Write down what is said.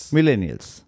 Millennials